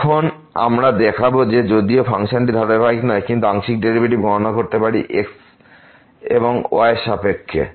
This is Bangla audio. এখন আমরা দেখাব যে যদিও ফাংশনটি ধারাবাহিক নয় কিন্তু আমরা আংশিক ডেরিভেটিভস গণনা করতে পারি x এবং y এর সাপেক্ষে